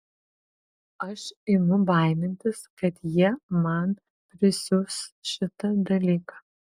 aš imu baimintis kad jie man prisiūs šitą dalyką